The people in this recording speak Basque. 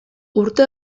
urte